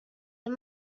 hem